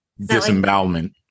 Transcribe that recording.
disembowelment